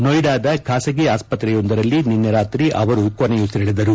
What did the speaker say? ನೊಯಿಡಾದ ಖಾಸಗಿ ಆಸ್ಪತ್ರೆಯೊಂದರಲ್ಲಿ ನಿನ್ನೆ ರಾತ್ರಿ ಅವರು ಕೊನೆಯುಸಿರೆಳೆದರು